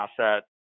asset